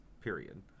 period